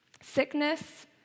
sickness